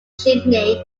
chimney